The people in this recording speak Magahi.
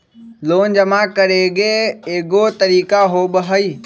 लोन जमा करेंगे एगो तारीक होबहई?